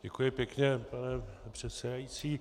Děkuji pěkně, pane předsedající.